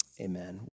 amen